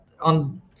On